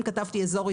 אם כתבתי אזור,